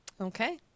okay